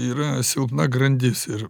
yra silpna grandis ir